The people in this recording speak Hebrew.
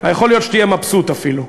יכול להיות שתהיה מבסוט אפילו.